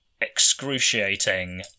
excruciating